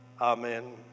Amen